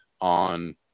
on